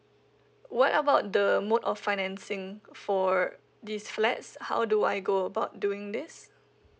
what about the mode of financing for this flats how do I go about doing this